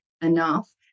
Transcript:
enough